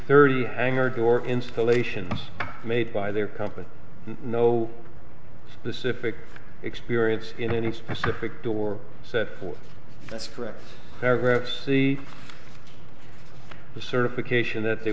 thirty hangars or installations made by their company no specific experience in any specific door set forth that's correct paragraph c the certification that they